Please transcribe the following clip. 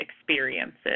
experiences